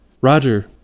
roger